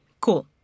Cool